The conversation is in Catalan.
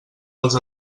els